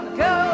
go